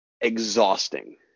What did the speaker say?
exhausting